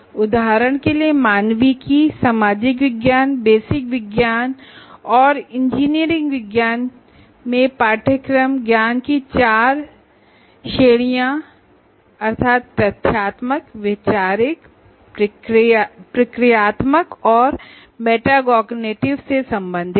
उदाहरण के लिए ह्यूमैनिटीज सोशल साइंस बेसिक साइंसऔर इंजीनियरिंग साइंस में कोर्सेज ज्ञान की चार सामान्य श्रेणियों अर्थात् तथ्यात्मक वैचारिक प्रक्रियात्मक और मेटाकोग्निटिव से संबंधित हैं